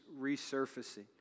resurfacing